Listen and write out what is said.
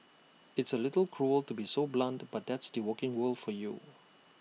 it's A little cruel to be so blunt but that's the working world for you